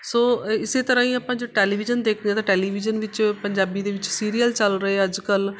ਸੋ uh ਇਸੇ ਤਰ੍ਹਾਂ ਹੀ ਆਪਾਂ ਜੋ ਟੈਲੀਵਿਜ਼ਨ ਦੇਖਦੇ ਹਾਂ ਟੈਲੀਵਿਜ਼ਨ ਵਿੱਚ ਪੰਜਾਬੀ ਦੇ ਵਿੱਚ ਸੀਰੀਅਲ ਚੱਲ ਰਹੇ ਅੱਜ ਕੱਲ੍ਹ